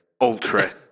Ultra